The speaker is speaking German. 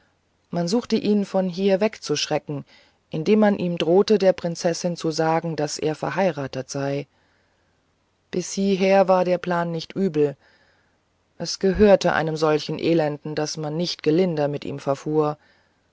man suchte ihn von hier wegzuschrecken indem man ihm drohte der prinzessin zu sagen daß er verheiratet sei bis hieher war der plan nicht übel es gehörte einem solchen elenden daß man nicht gelinder mit ihm verfuhr